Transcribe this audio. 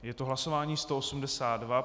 Je to hlasování 182.